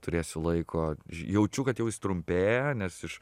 turėsiu laiko jaučiu kad jau jis trumpėja nes iš